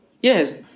Yes